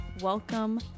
Welcome